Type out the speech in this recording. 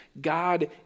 God